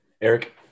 Eric